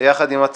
58) (חייב המשלם לפי הוראה לתשלום בשיעורים),